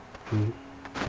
mmhmm